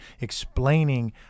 explaining